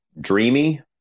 dreamy